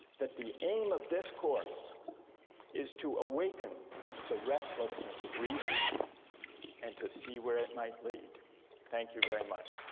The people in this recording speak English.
that the aim of this course is to awaken the restlessness of reason and to see where it might lead thank you very much.